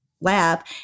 lab